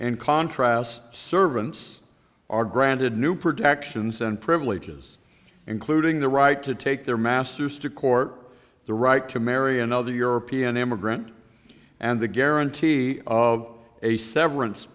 in contrast servants are granted new protections and privileges including the right to take their masters to court the right to marry another european immigrant and the guarantee of a severance